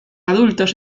adultos